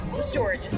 storage